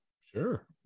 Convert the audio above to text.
Sure